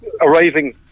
arriving